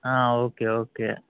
okay okay